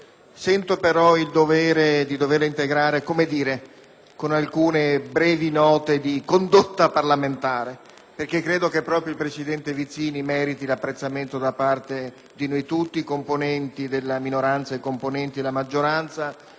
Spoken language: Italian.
Sento, però, il dovere di integrare la relazione con alcune brevi note di condotta parlamentare. Credo infatti che proprio il presidente Vizzini meriti apprezzamento da parte di noi tutti, componenti della minoranza e della maggioranza,